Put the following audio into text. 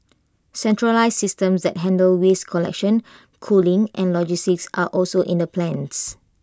centralised systems that handle waste collection cooling and logistics are also in the plans